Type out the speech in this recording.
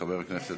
נמצאת.